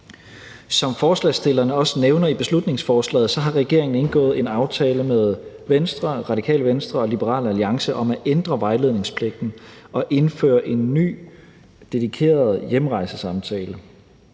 Som forslagsstillerne også nævner i beslutningsforslaget, har regeringen indgået en aftale med Venstre, Radikale Venstre og Liberal Alliance om at ændre vejledningspligten og indføre en ny dedikeret hjemrejsesamtale.